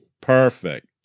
Perfect